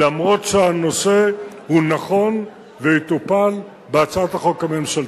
אף שהנושא נכון והוא יטופל בהצעת החוק הממשלתית.